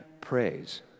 praise